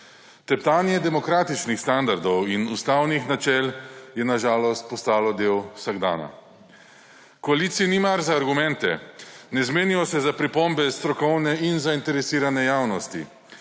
Teptanje demokratičnih standardov in ustavnih načel je na žalost postalo del vsakdana. Koaliciji ni mar za argumente, ne zmenijo se za pripombe strokovne in zainteresirane javnosti.